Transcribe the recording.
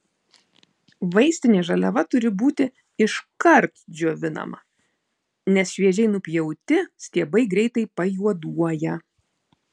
vaistinė žaliava turi būti iškart džiovinama nes šviežiai nupjauti stiebai greitai pajuoduoja